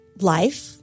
life